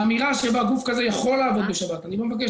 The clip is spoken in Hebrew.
האמירה שבה גוף כזה יכול לעבוד בשבת אני לא מבקש